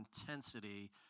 intensity